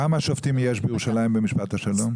כמה שופטים יש בירושלים בבית משפט השלום?